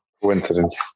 Coincidence